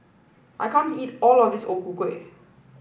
I can't eat all of this O Ku Kueh